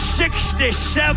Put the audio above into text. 67